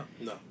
no